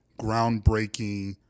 groundbreaking